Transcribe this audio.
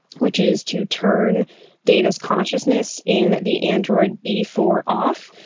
which is to turn data's consciousness in the android before off.